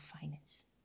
finance